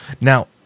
Now